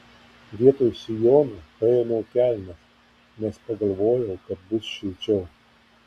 vietoj sijono paėmiau kelnes nes pagalvojau kad bus šilčiau